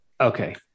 Okay